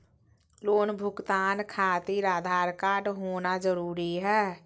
Loan भुगतान खातिर Aadhaar card होना जरूरी है?